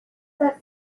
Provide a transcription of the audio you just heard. that